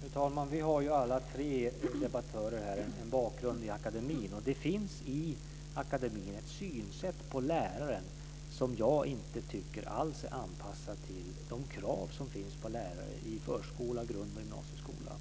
Fru talman! Vi har alla tre debattörer här en bakgrund i akademin. Det finns i akademin ett synsätt på läraren som jag inte alls tycker är anpassat till de krav som finns på lärare i förskola, grundskola och gymnasieskola.